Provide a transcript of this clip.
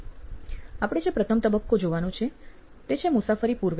આપણે જે પ્રથમ તબક્કો જોવાનો છે તે છે મુસાફરી પૂર્વેનો